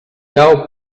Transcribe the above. cau